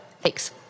Thanks